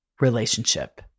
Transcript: relationship